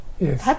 Yes